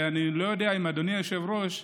אני לא יודע, אדוני היושב-ראש,